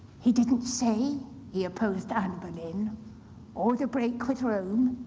he didn't say he opposed anne boleyn or the break with rome.